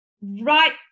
right